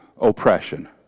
oppression